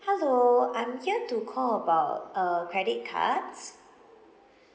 hello I'm here to call about uh credit card